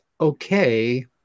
okay